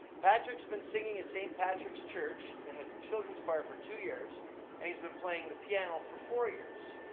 patrick's been singing at st. patrick's church in the children's choir for two years and he's been playing the piano for four years.